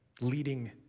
leading